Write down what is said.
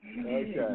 Okay